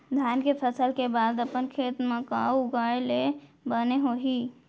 धान के फसल के बाद अपन खेत मा का उगाए ले बने होही?